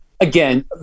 again